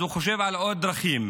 אז הוא חושב על עוד דרכים.